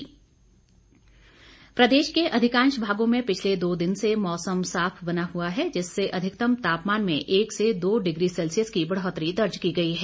मौसम प्रदेश के अधिकांश भागों में पिछले दो दिन से मौसम साफ बना हुआ है जिससे अधिकतम तापमान में एक से दो डिग्री सैल्सियस की बढ़ौतरी दर्ज की गई है